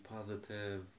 positive